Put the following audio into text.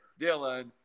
Dylan